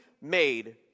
made